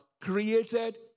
created